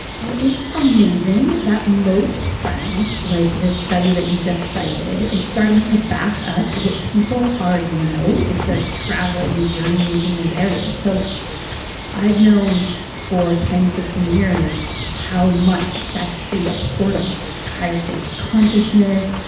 well, it's amazing that most science, like this study that you've just cited, is starting to back up what people already know if they're traveling and journeying in those areas. so i've known for ten fifteen years how much sex is a portal to higher states of consciousness,